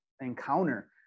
encounter